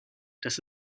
dass